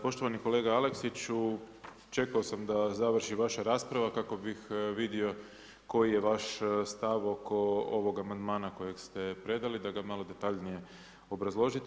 Poštovani kolega Aleksiću, čekao sam da završi vaša rasprava kako bih vidio koji je vaš stav oko ovog amandmana kojeg ste predali da ga malo detaljnije obrazložite.